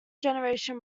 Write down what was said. generation